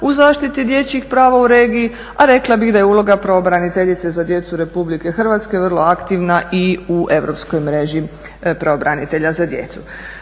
u zaštiti dječjih prava u regiji, a rekla bih da je uloga pravobraniteljice za djecu RH vrlo aktivna i u europskoj mreži pravobranitelja za djecu.